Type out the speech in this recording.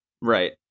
right